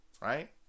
right